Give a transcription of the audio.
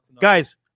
guys